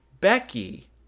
Becky